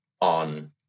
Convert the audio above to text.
on